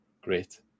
great